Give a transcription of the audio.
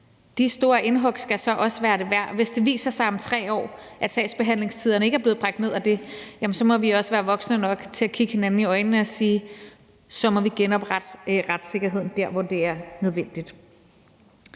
De store indhug skal så også være det værd. Hvis det viser sig om 3 år, at sagsbehandlingstiderne ikke er blevet bragt ned af det, jamen så må vi også være voksne nok til at kigge hinanden i øjnene og sige: Så må vi genoprette retssikkerheden der, hvor det er nødvendigt.